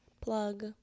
Plug